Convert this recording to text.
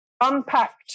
unpacked